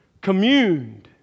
communed